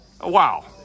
Wow